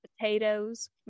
potatoes